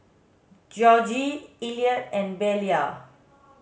Georgie Elliott and Belia